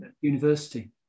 University